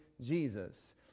Jesus